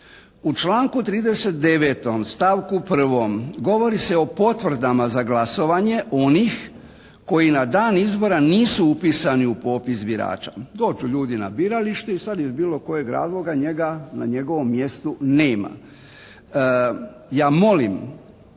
u članku 39. stavku 1. govori se o potvrdama za glasovanje onih koji na dan izbora nisu upisani u popis birača. Dođu ljudi na biralište i sad iz bilo kojeg razloga njega na njegovom mjestu nema. Ja molim